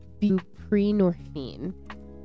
buprenorphine